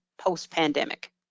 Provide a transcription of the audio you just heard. post-pandemic